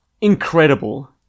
Incredible